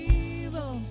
evil